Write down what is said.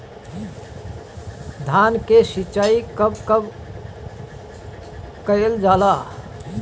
धान के सिचाई कब कब कएल जाला?